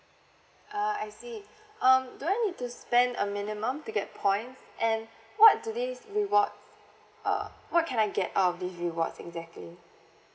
uh I see um do I need to spend a minimum to get points and what do these rewards uh what can I get out of these rewards exactly